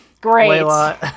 Great